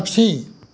पक्षी